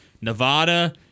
Nevada